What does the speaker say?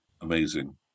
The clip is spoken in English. amazing